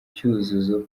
cyuzuzo